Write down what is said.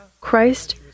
Christ